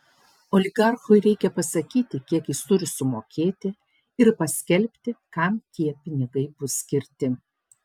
oligarchui reikia pasakyti kiek jis turi sumokėti ir paskelbti kam tie pinigai bus skirti